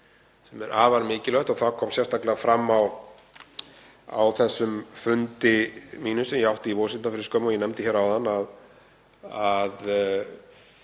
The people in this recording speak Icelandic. sem er afar mikilvægt. Það kom sérstaklega fram á þessum fundi mínum, sem ég átti í Washington fyrir skömmu og ég nefndi áðan, að